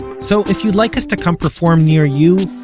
so if you'd like us to come perform near you,